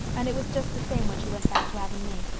and it was just the same when she went back to avonlea.